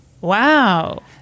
Wow